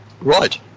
Right